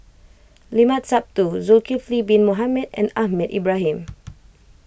Limat Sabtu Zulkifli Bin Mohamed and Ahmad Ibrahim